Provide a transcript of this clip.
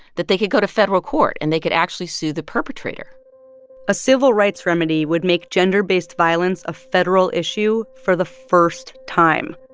that they could go to federal court, and they could actually sue the perpetrator a civil rights remedy would make gender-based violence a federal issue for the first time,